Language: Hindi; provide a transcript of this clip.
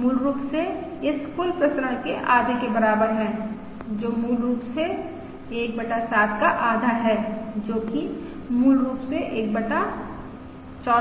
मूल रूप से इस कुल प्रसरण के आधे के बराबर हैं जो मूल रूप से 1 बटा 7 का आधा है जो कि मूल रूप से 1 बटा 14 है